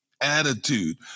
attitude